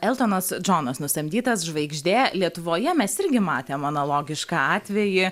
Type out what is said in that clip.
eltonas džonas nusamdytas žvaigždė lietuvoje mes irgi matėm analogišką atvejį